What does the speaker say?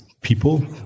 people